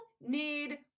need